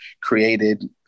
created